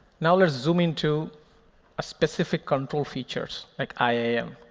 now let's zoom in to specific control features, like i mean